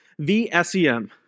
VSEM